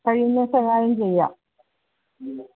കഴിഞ്ഞ ദിവസം ചെയ്യാം